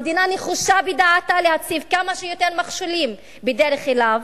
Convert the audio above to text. המדינה נחושה בדעתה להציב כמה שיותר מכשולים בדרך אליו,